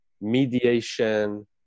mediation